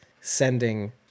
sending